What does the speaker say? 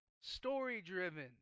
story-driven